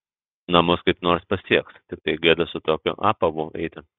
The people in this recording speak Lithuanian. namus kaip nors pasieks tiktai gėda su tokiu apavu eiti